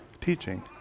teaching